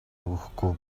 өгөхгүй